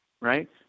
right